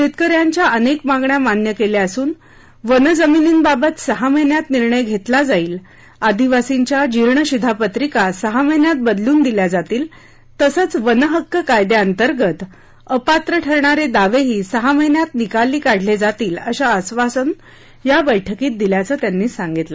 शेतकऱ्यांच्या अनेक मागण्या मान्य केल्या असून वन जमिनींबाबत सहा महिन्यात निर्णय घेतला जाईल आदिवासींच्या जीर्ण शिधापत्रिका सहा महिन्यात बदलून दिल्या जातील तसंच वन हक्क कायद्याअंतर्गत अपात्र ठरणारे दावेही सहा महिन्यात निकाली काढले जातील असं आधासन या बैठकीत दिल्याचं त्यांनी सांगितलं